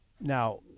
Now